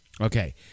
Okay